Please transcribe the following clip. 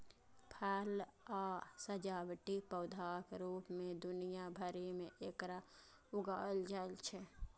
फल आ सजावटी पौधाक रूप मे दुनिया भरि मे एकरा उगायल जाइ छै